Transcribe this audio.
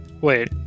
Wait